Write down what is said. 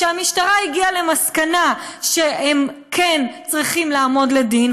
שהמשטרה הגיעה למסקנה שהם כן צריכים לעמוד לדין,